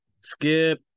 Skip